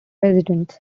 residence